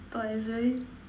err is very